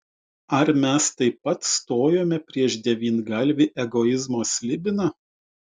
ar mes taip pat stojome prieš devyngalvį egoizmo slibiną